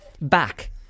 back